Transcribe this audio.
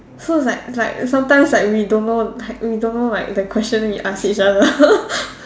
so it's like like sometimes like we don't know like we don't know like the question we ask each other